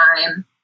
time